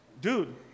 Dude